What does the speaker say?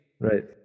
Right